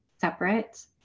separate